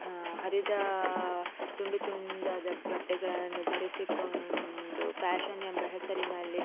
ಹರಿದ ತುಂಡು ತುಂಡಾದ ಬಟ್ಟೆಗಳನ್ನು ಧರಿಸಿಕೊಂಡು ಫ್ಯಾಷನ್ ಎಂಬ ಹೆಸರಿನಲ್ಲಿ